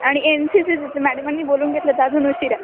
आणि N C सीच मॅडमांनी बोलून घेतलं तर अजून उशिरा